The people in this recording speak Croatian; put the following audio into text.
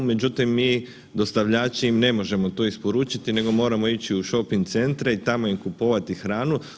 Međutim, mi dostavljači ne možemo to isporučiti nego moramo ići u šoping centre i tamo im kupovati hranu.